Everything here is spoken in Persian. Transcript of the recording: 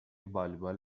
والیبال